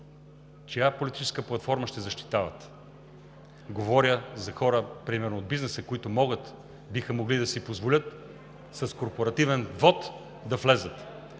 чия политическа платформа ще защитават? Говоря примерно за хора от бизнеса, които могат и биха могли да си позволят с корпоративен вот да влязат.